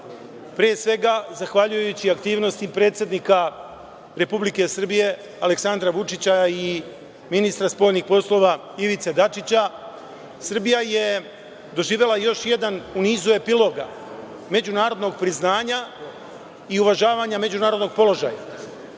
Pre svega, zahvaljujući aktivnosti predsednika Republike Srbije, Aleksandra Vučića i ministra spoljnih poslova Ivice Dačića, Srbija je doživela još jedan u nizu epiloga međunarodnog priznanja i uvažavanja međunarodnog položaja.